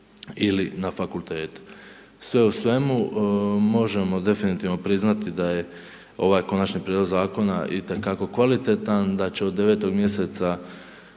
ili na fakultete. Sve u svemu možemo definitivno priznati da je ovaj konačni prijedlog zakona itekako kvalitetan, da će od 9 mjeseca,